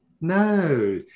no